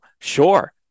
sure